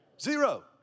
Zero